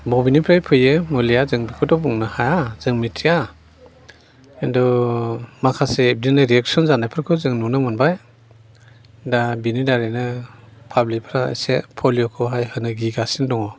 बबेनिफ्राय फैयो मुलिया जों बेखौथ' बुंनो हाया जों मिथिया खिन्थु माखासे बिदिनो रिएकसन जानायफोरखौ जों नुनो मोनबाय दा बिनि दारैनो पाब्लिकफ्रा एसे पलिय'खौ हाय होनो गिगासिनो दङ